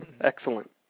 Excellent